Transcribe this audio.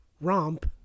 romp